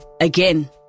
Again